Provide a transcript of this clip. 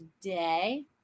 today